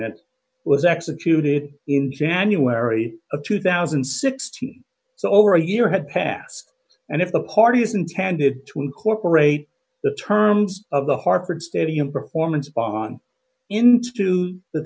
that was executed in january of two thousand and sixteen so over a year had passed and if the party is intended to incorporate the terms of the hartford stadium performance on into the